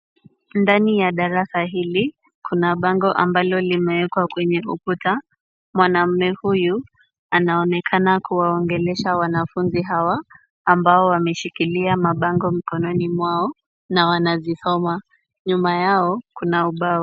Ndani ya darasa hili kuna bango ambalo limewekwa kwenye ukuta. Mwanaume huyu anaonekana kuwaongelesha wanafunzi hawa ambao wameshikilia mabango mikononi mwao na wanazisoma. Nyuma yao kuna ubao.